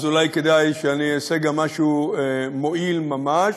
אז אולי כדאי שאני אעשה גם משהו מועיל ממש,